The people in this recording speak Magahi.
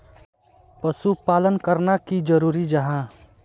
पशुपालन करना की जरूरी जाहा?